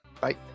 Bye